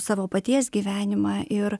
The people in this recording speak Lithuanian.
savo paties gyvenimą ir